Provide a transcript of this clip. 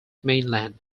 mainland